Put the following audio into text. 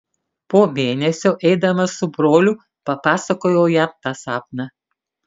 po mėnesio eidamas su broliu papasakojau jam tą sapną